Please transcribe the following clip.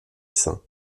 saint